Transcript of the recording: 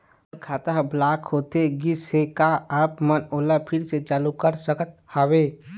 मोर खाता हर ब्लॉक होथे गिस हे, का आप हमन ओला फिर से चालू कर सकत हावे?